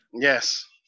yes